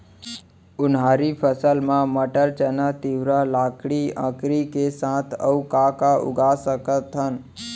उनहारी फसल मा मटर, चना, तिंवरा, लाखड़ी, अंकरी के साथ अऊ का का उगा सकथन?